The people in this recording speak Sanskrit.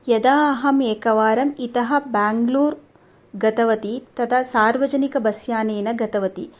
यदा अहम् एकवारम् इतः ब्याङ्ग्लूर् गतवती तदा सार्वजनिक बस्यानेन गतवती